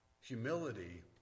Humility